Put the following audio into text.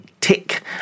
tick